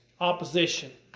opposition